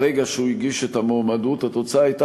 ברגע שהוא הגיש את המועמדות התוצאה הייתה